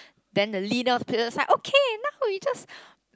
then the leader platelet's like okay now we just